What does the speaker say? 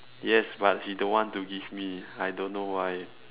yes but she don't want to give me I don't know why